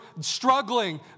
struggling